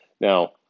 Now